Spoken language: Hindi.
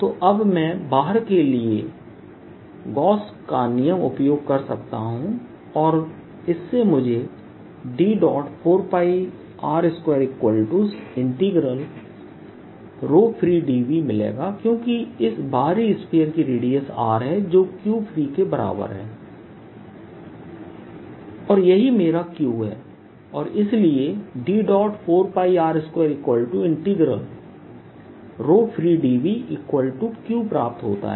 तो अब मैं बाहर के लिए के लिए गॉस के नियमGauss's Law का उपयोग कर सकता हूं और इससे मुझे D4πr2freedV मिलेगा क्योंकि इस बाहरी स्फीयर की रेडियस r है जो QFreeके बराबर है और यही मेरा Q है और इसलिए D4πr2freedVQ प्राप्त होता है